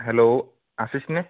hello Ashish নে